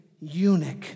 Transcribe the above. eunuch